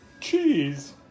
cheese